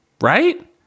Right